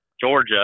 Georgia